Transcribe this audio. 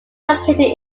located